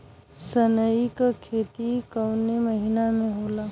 सनई का खेती कवने महीना में होला?